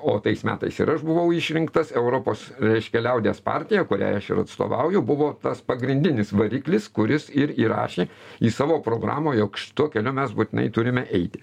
o tais metais ir aš buvau išrinktas europos reiškia liaudies partija kuriai aš ir atstovauju buvo tas pagrindinis variklis kuris ir įrašė į savo programą jog šituo keliu mes būtinai turime eiti